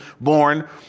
born